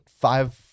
five